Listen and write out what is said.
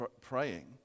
praying